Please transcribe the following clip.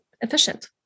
Efficient